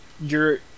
you're-